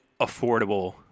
affordable